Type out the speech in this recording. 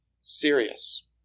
serious